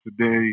today